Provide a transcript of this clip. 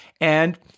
And-